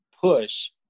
push